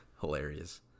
Hilarious